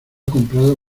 comprado